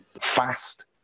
fast